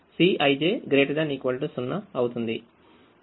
కాబట్టి Cꞌij ≥ 0 అవుతుంది